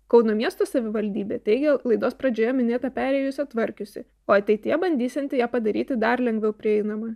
kauno miesto savivaldybė teigia laidos pradžioje minėtą perėjoje sutvarkiusi o ateityje bandysianti ją padaryti dar lengviau prieinamą